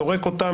זורק אותם,